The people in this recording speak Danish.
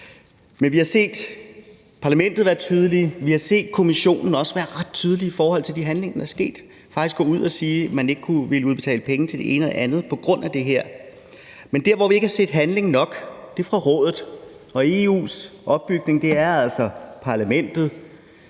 i. Vi har set Parlamentet være tydelige. Vi har set Kommissionen også være ret tydelig i forhold til de handlinger, der er sket, og faktisk gå ud og sige, at man ikke ville udbetale penge til det ene og det andet på grund af det her. Men der, hvor vi ikke har set handling nok, er fra Rådet. Og EU's opbygning er altså Parlamentet,